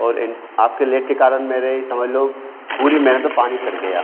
और इन आपके लेकर कारण मेरे समझ लो पूरी मेहनत पर पानी फिर गया